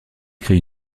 crée